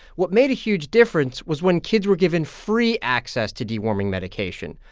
what made a huge difference was when kids were given free access to deworming medication.